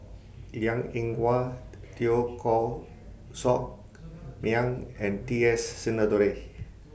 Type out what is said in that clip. Liang Eng Hwa Teo Koh Sock Miang and T S Sinnathuray